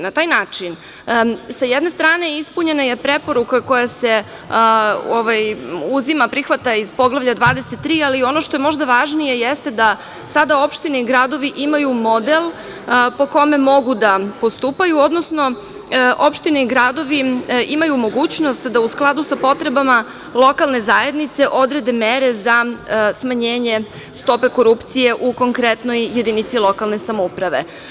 Na taj način, sa jedne strane ispunjena je preporuka koja se prihvata iz Poglavlja 23, ali ono što je možda važnije jeste da sada opštine i gradovi imaju model po kome mogu da postupaju, odnosno opštine i gradovi imaju mogućnost da u skladu sa potrebama lokalne zajednice odrede mere za smanjenje stope korupcije u konkretnoj jedinici lokalne samouprave.